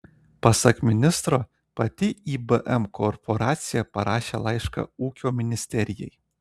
pasak ministro pati ibm korporacija parašė laišką ūkio ministerijai